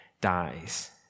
dies